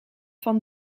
van